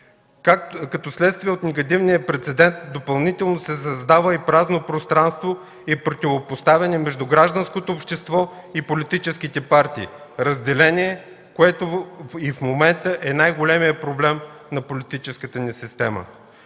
Като следствие от негативния прецедент, допълнително се създава и празно пространство и противопоставяне между гражданското общество и политическите партии, разделение, което и в момента е най-големият проблем на политическата ни система.